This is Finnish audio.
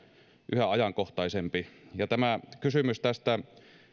yhä ajankohtaisempi ja tämä kysymys tästä